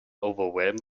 overwhelmed